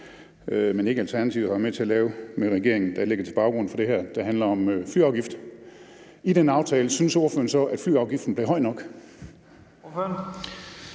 men ikke Alternativet – var med til at lave med regeringen, der er baggrunden for det her, og som handler om flyafgift, synes ordføreren så, at flyafgiften blev høj nok?